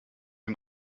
ihm